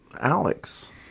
Alex